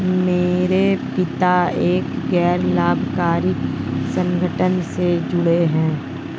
मेरे पिता एक गैर लाभकारी संगठन से जुड़े हैं